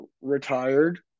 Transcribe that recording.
retired